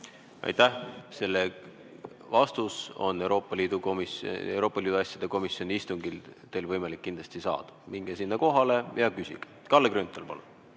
Aitäh! Selle vastus on Euroopa Liidu asjade komisjoni istungil teil võimalik kindlasti saada. Minge sinna kohale ja küsige. Kalle Grünthal, palun!